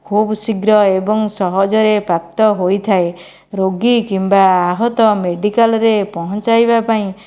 ଖୁବ୍ ଶୀଘ୍ର ଏବଂ ସହଜରେ ପ୍ରାପ୍ତ ହୋଇଥାଏ ରୋଗୀ କିମ୍ବା ଆହତ ମେଡ଼ିକାଲ୍ରେ ପହଞ୍ଚାଇବା ପାଇଁ